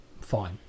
fine